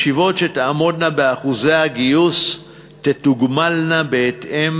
ישיבות שתעמודנה באחוזי הגיוס תתוגמלנה בהתאם.